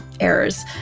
errors